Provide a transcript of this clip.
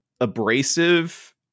abrasive